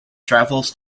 travels